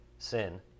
Sin